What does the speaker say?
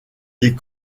des